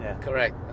correct